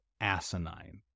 asinine